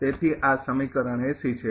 તેથી આ સમીકરણ ૮૦ છે